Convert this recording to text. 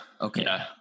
Okay